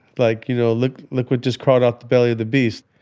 like, you know, look look what just crawled out the belly of the beast.